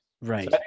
Right